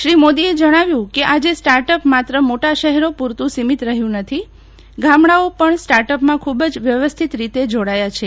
શ્રી મોદીએ જણાવ્યું કે આજે સ્ટાર્ટઅપ માત્ર મોટા શહેરો પુરતું સીમિત રહ્યું નથી ગામડાઓ પણ સ્ટાર્ટઅપમાં ખુબ જ વ્યવસ્થિત રીતે જોડાયા છે